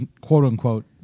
quote-unquote